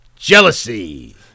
Jealousy